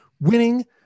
winning